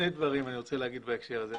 שני דברים אני רוצה לומר בהקשר הזה.